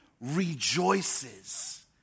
rejoices